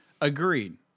Agreed